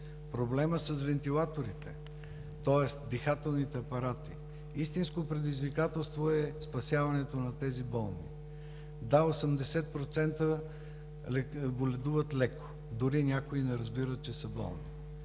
Проблемът с вентилаторите, тоест дихателните апарати. Истинско предизвикателство е спасяването на тези болни. Да, 80% боледуват леко, дори някои не разбират, че са болни,